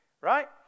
right